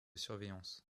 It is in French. surveillance